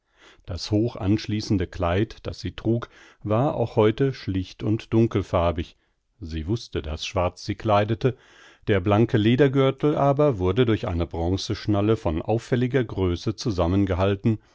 das hochanschließende kleid das sie trug war auch heute schlicht und dunkelfarbig sie wußte daß schwarz sie kleidete der blanke ledergürtel aber wurde durch eine bronzeschnalle von auffälliger größe